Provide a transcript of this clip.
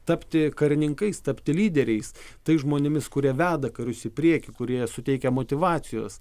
tapti karininkais tapti lyderiais tais žmonėmis kurie veda karius į priekį kurie suteikia motyvacijos